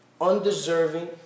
undeserving